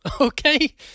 okay